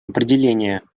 определения